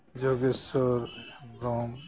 Jogeswar Hembrom